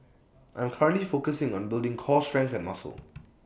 I am currently focusing on building core strength and muscle